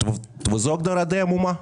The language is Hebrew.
זו הגדרה די עמומה.